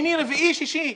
ביום שני, רביעי ושישי,